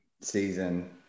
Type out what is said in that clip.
season